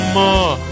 more